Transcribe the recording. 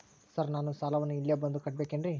Sir ನಾನು ಸಾಲವನ್ನು ಇಲ್ಲೇ ಬಂದು ಕಟ್ಟಬೇಕೇನ್ರಿ?